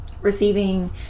receiving